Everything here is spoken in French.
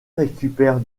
récupère